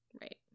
Right